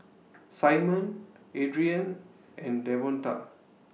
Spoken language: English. Simon Adriane and Davonta